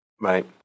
Right